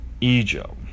Egypt